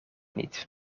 niet